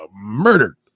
murdered